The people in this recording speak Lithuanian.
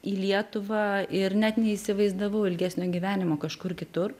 į lietuvą ir net neįsivaizdavau ilgesnio gyvenimo kažkur kitur